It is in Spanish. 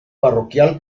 parroquial